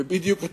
זה בדיוק אתה,